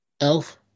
Elf